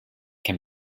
can